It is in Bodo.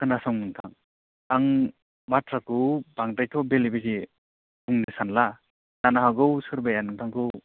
खोनासं नोंथां आं बाथ्राखौ बांद्रायथ' बेले बेजे बुंनो सानला जानो हागौ सोरबाया नोंथांखौ